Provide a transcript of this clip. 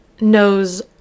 knows